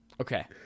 Okay